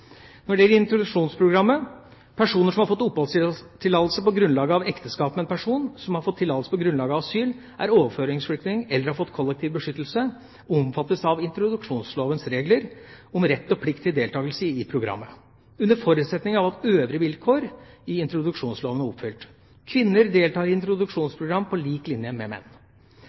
introduksjonsprogrammet. Personer som har fått oppholdstillatelse på grunnlag av ekteskap med en person som har fått tillatelse på grunnlag av asyl, er overføringsflyktning eller har fått kollektiv beskyttelse, omfattes av introduksjonslovens regler om rett og plikt til deltakelse i programmet, under forutsetning av at øvrige vilkår i introduksjonsloven er oppfylt. Kvinner deltar i introduksjonsprogram på lik linje med menn.